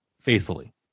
Faithfully